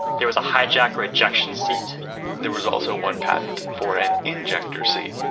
there was a hijacker ejection seat there was also one patent for an injector seat,